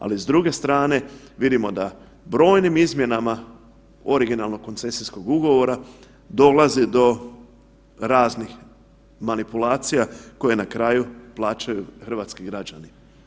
Ali s druge strane vidimo da brojnim izmjenama originalnog koncesijskog ugovora dolazi do raznih manipulacija koje na kraju plaćaju hrvatski građani.